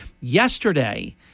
Yesterday